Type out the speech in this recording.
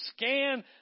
scan